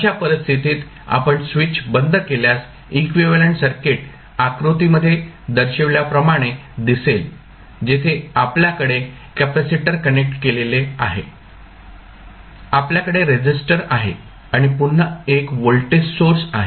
अशा परिस्थितीत आपण स्विच बंद केल्यास इक्विव्हॅलेंट सर्किट आकृतीमध्ये दर्शविल्याप्रमाणे दिसेल जेथे आपल्याकडे कॅपेसिटर कनेक्ट केलेले आहे आपल्याकडे रेसिस्टर आहे आणि पुन्हा एक व्होल्टेज सोर्स आहे